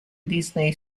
disney